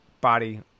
body